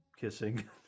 kissing